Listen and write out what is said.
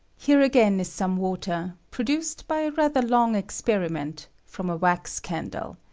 here, again, is some water, produced by a rath er long experiment, from a wax candle,